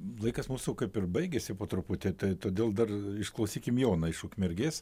laikas mūsų kaip ir baigiasi po truputį tai todėl dar išklausykim joną iš ukmergės